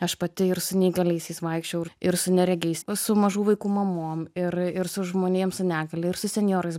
aš pati ir su neįgaliaisiais vaikščiojau ir su neregiais su mažų vaikų mamom ir ir su žmonėm su negalia ir su senjorais